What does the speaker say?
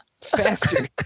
faster